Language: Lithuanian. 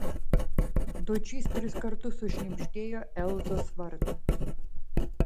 dočys tris kartus sušnibždėjo elzos vardą